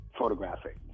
photographic